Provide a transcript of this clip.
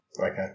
Okay